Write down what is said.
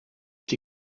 die